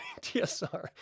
TSR